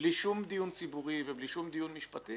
ובלי שום דיון ציבורי ובלי שום דיון משפטי